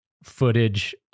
Footage